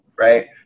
right